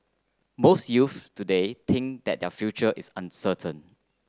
most youths today think that their future is uncertain